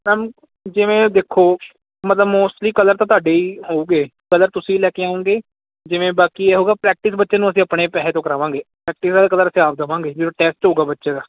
ma'am ਜਿਵੇਂ ਦੇਖੋ ਮਤਲਬ ਮੋਸਟਲੀ ਕਲਰ ਤਾਂ ਤੁਹਾਡੇ ਹੋਊਗੇ ਕਲਰ ਤੁਸੀਂ ਲੈ ਕੇ ਆਓਗੇ ਜਿਵੇਂ ਬਾਕੀ ਇਹ ਹੋਗਾ ਪ੍ਰੈਕਟਿਸ ਬੱਚੇ ਨੂੰ ਅਸੀਂ ਆਪਣੇ ਪੈਸੇ ਤੋਂ ਕਰਾਵਾਂਗੇ ਜਦੋਂ ਟੈਸਟ ਹੋਊਗਾ ਬੱਚੇ ਦਾ